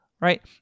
right